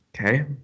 Okay